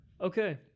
Okay